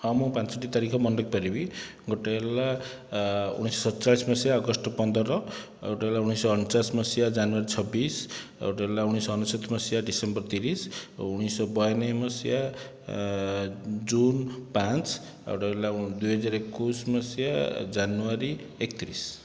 ହଁ ମୁଁ ପାଞ୍ଚୋଟି ତାରିଖ ମାନେ ରଖିପାରିବି ଗୋଟିଏ ହେଲା ଉଣେଇଶହ ସତଚାଳିଶ ମସିହା ଅଗଷ୍ଟ ପନ୍ଦର ଆଉ ଗୋଟିଏ ହେଲା ଉଣେଇଶହ ଅଣଚାଶ ମସିହା ଜାନୁଆରୀ ଛବିଶ ଆଉ ଗୋଟିଏ ହେଲା ଉଣେଇଶ ଅନେଶତ ମସିହା ଡିସେମ୍ବର ତିରିଶ ଉଣେଇଶ ବୟାନବେ ମସିହା ଜୁନ ପାଞ୍ଚ ଆଉ ଗୋଟିଏ ହେଲା ଦୁଇହଜାର ଏକୋଇଶ ମସିହା ଜାନୁଆରୀ ଏକତିରିଶ